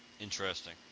Interesting